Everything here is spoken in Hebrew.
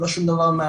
לא שום דבר,